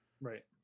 Right